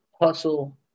hustle